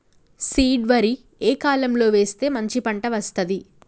Seed వరి ఏ కాలం లో వేస్తే మంచి పంట వస్తది?